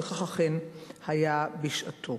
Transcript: וכך אכן היה בשעתו.